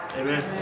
Amen